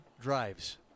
drives